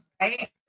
Right